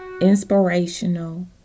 Inspirational